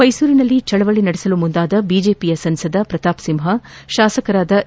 ಮೈಸೂರಿನಲ್ಲಿ ಚಳವಳಿ ನಡೆಸಲು ಮುಂದಾದ ಬಿಜೆಪಿಯ ಸಂಸದ ಪ್ರತಾಪ್ ಸಿಂಹ ಶಾಸಕರಾದ ಎ